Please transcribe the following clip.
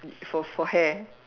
for for hair